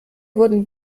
wurden